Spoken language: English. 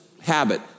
habit